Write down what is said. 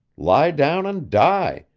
lie down and die,